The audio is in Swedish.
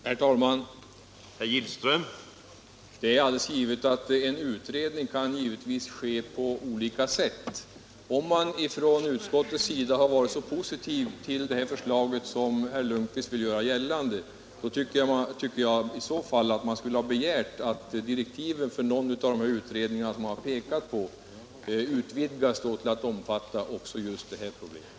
Herr talman! En utredning kan givetvis göras på olika sätt. Om man från utskottets sida varit så positiv till förslaget som herr Lundkvist vill göra gällande tycker jag att utskottet skulle ha begärt att direktiven för någon av de utredningar som utskottet har pekat på utvidgades till att omfatta också det här problemet.